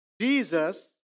Jesus